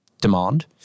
demand